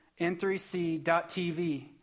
n3c.tv